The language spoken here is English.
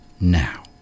now